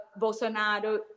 bolsonaro